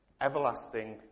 Everlasting